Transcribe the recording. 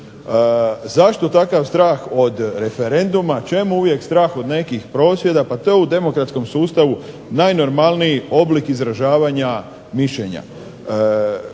Zašto takav strah od referenduma? Čemu uvijek neki strah od prosvjeda? Pa to je u demokratskom sustavu najnormalniji oblik izražavanja mišljenja.